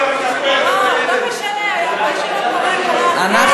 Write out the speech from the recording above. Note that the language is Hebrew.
לא, לא משנה, רבותי, אנחנו